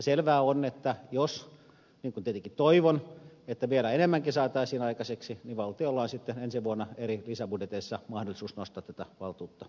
selvää on että jos niin kuin tietenkin toivon vielä enemmänkin saataisiin aikaiseksi niin valtiolla on sitten ensi vuonna eri lisäbudjeteissa mahdollisuus nostaa tätä valtuutta entisestään